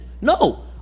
No